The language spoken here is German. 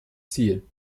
ziel